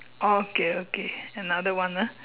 oh okay okay another one ah